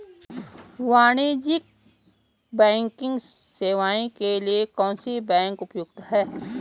वाणिज्यिक बैंकिंग सेवाएं के लिए कौन सी बैंक उपयुक्त है?